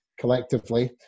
collectively